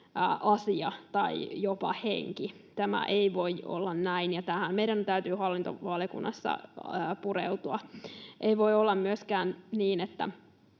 asia tai jopa henki. Tämä ei voi olla näin, ja tähän meidän täytyy hallintovaliokunnassa pureutua. Ei voi olla myöskään niin, että